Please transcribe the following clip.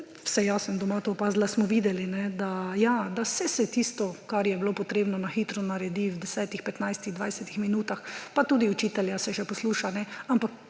vsaj jaz sem doma to opazila ‒ smo videli, da ja, saj se je tisto, kar je bilo potrebno, na hitro naredi v 10, 15, 20 minutah pa tudi učitelja se še posluša, ampak